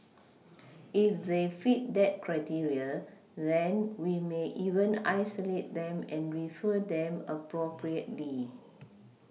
if they fit that criteria then we may even isolate them and refer them appropriately